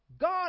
God